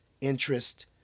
interest